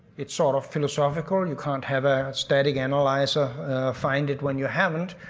it's sort of philosophical, and you can't have a static analyzer find it when you haven't.